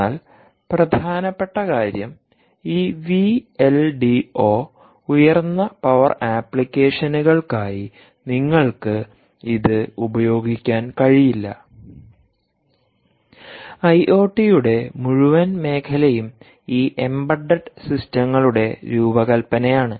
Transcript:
എന്നാൽ പ്രധാനപ്പെട്ട കാര്യം ഈ വി എൽ ഡി ഒ ഉയർന്ന പവർ ആപ്ലിക്കേഷനുകൾക്കായി നിങ്ങൾക്ക് ഇത് ഉപയോഗിക്കാൻ കഴിയില്ല ഐഒടിയുടെ മുഴുവൻ മേഖലയും ഈ എംബഡഡ് സിസ്റ്റങ്ങളുടെ രൂപകൽപ്പനയാണ്